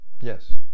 Yes